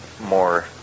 more